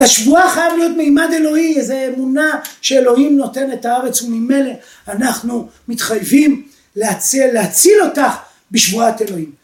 השבועה חייב להיות מימד אלוהי, איזו אמונה שאלוהים נותן את הארץ וממילא אנחנו מתחייבים להציל אותה בשבועת אלוהים